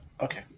Okay